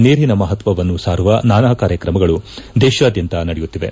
ನೀರಿನ ಮಹತ್ತವನ್ನು ಸಾರುವ ನಾನಾ ಕಾರ್ಯಕ್ರಮಗಳು ದೇಶಾದ್ಯಂತ ನಡೆಯುತ್ತಿವೆ